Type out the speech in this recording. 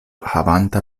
havanta